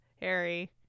Harry